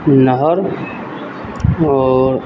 नहर आओर